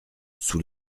sous